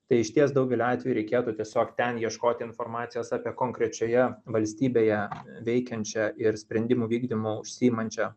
tai išties daugeliu atvejų reikėtų tiesiog ten ieškoti informacijos apie konkrečioje valstybėje veikiančią ir sprendimų vykdymu užsiimančią